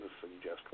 suggest